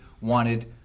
wanted